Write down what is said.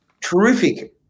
terrific